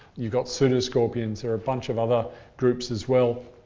you've got pseudoscorpions. there are a bunch of other groups as well,